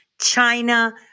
China